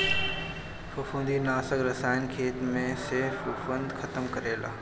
फंफूदनाशक रसायन खेत में से फंफूद खतम करेला